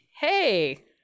hey